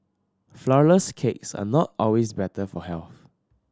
flourless cakes are not always better for health